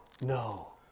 No